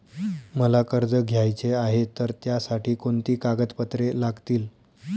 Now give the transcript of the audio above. मला कर्ज घ्यायचे आहे तर त्यासाठी कोणती कागदपत्रे लागतील?